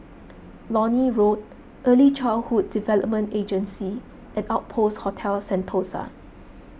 Lornie Road Early Childhood Development Agency and Outpost Hotel Sentosa